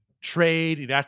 trade